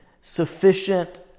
sufficient